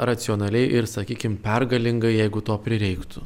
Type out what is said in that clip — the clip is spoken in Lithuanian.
racionaliai ir sakykim pergalingai jeigu to prireiktų